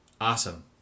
awesome